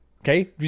Okay